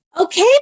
Okay